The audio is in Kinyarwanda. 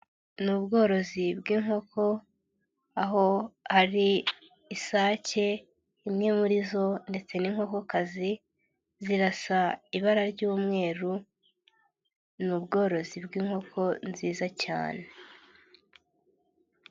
Ni ubworozi bw'inkoko, aho ari isake imwe muri zo ndetse n'inkokokazi zirasa ibara ry'umweru, ni ubworozi bw'inkoko nziza cyane.